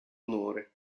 onore